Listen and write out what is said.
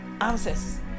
answers